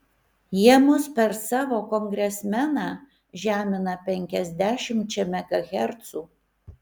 jie mus per savo kongresmeną žemina penkiasdešimčia megahercų